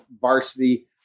varsity